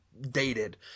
Dated